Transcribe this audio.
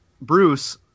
Bruce